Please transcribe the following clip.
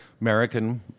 American